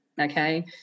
Okay